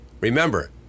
Remember